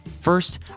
First